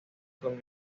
con